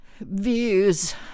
views